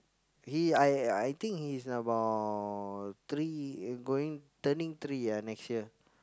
he I I think he's about three going turning three ah next year